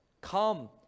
come